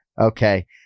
okay